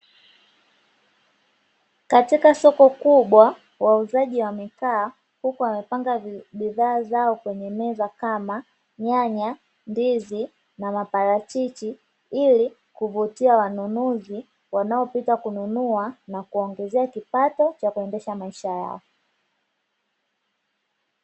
Katika soko kubwa wauzaji wamekaa huku wamepanga bidhaa zao kwenye meza kama: nyanya, ndizi na maparachichi; ili kuvutia wanunuzi wanaopita kununua na kuwaongezea kipato cha kuendesha maisha yao.